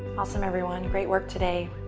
awesome everyone, great work today.